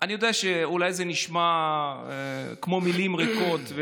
אני יודע שאולי זה נשמע כמו מילים ריקות,